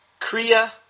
Kriya